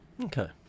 Okay